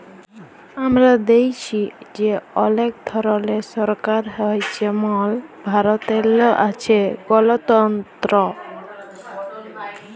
আমরা দ্যাইখছি যে অলেক ধরলের সরকার হ্যয় যেমল ভারতেল্লে আছে গলতল্ত্র